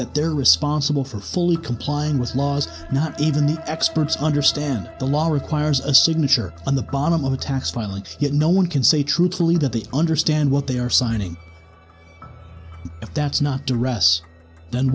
that they're responsible for fully complying with laws not even the experts understand the law requires a signature on the bottom of a tax filing yet no one can say truthfully that the understand what they are signing if that's not to ras then